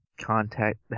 contact